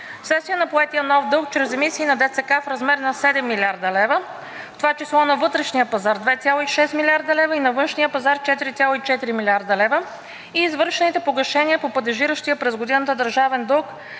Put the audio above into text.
на поетия нов дълг чрез емисии на ДЦК в размер на 7 млрд. лв., в това число на вътрешния пазар 2,6 млрд. лв. и на външния пазар 4,4 млрд. лв., и извършените погашения по падежирания през годината държавен дълг